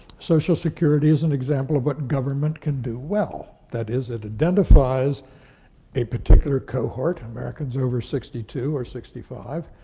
social security is an example of what government can do well, that is, it identifies a particular cohort, americans over sixty two or sixty five,